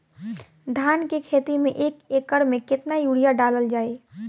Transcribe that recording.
धान के खेती में एक एकड़ में केतना यूरिया डालल जाई?